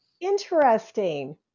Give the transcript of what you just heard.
Interesting